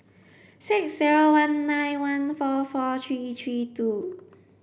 six zero one nine one four four three three two